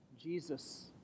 Jesus